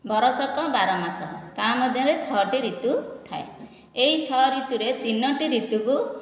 ବରଷକ ବାର ମାସ ତା ମଧ୍ୟରେ ଛଅଟି ଋତୁ ଥାଏ ଏଇ ଛ' ଋତୁ ରେ ତିନୋଟି ଋତୁ କୁ